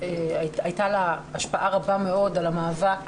הייתה לה השפעה רבה מאוד על המאבק